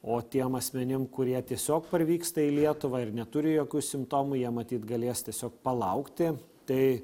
o tiem asmenim kurie tiesiog parvyksta į lietuvą ir neturi jokių simptomų jie matyt galės tiesiog palaukti tai